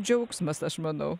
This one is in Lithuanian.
džiaugsmas aš manau